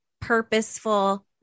purposeful